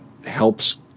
helps